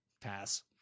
Pass